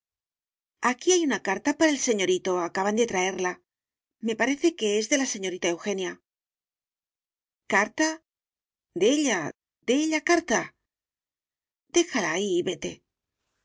aquí hay una carta para el señorito acaban de traerla me parece que es de la señorita eugenia carta de ella de ella carta déjala ahí y vete